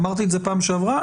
אמרתי את זה פעם שעברה.